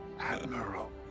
Admiral